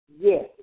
Yes